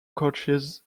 coaches